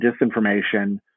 disinformation